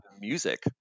music